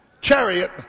chariot